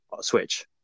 switch